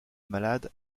malade